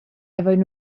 havein